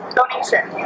Donation